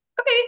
okay